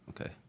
Okay